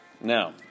Now